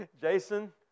Jason